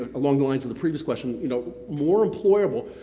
along the lines of the previous question, you know more employable,